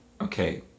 Okay